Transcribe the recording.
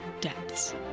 depths